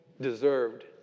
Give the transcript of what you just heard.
deserved